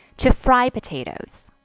to fry potatoes.